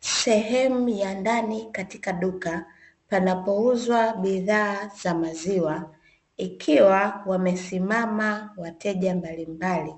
Sehemu ya ndani katika duka panapouzwa bidhaa za maziwa, ikiwa wamesimama wateja mbalimbali,